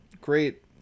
great